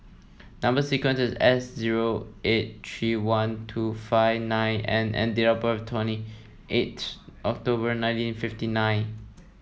number sequence is S zero eight three one two five nine N and date of birth twenty eight October nineteen fifty nine